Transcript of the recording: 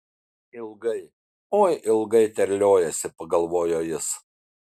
ilgai oi ilgai terliojasi pagalvojo jis